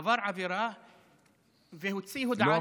עבר עבירה והוציא הודעה לתקשורת.